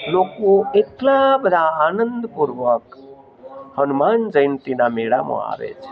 લોકો એટલા બધા આનંદપૂર્વક હનુમાન જયંતીના મેળામાં આવે છે